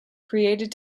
created